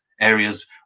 areas